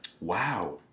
Wow